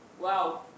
Wow